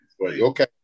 Okay